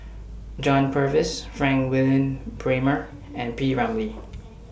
John Purvis Frank Wilmin Brewer and P Ramlee